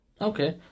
Okay